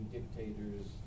dictators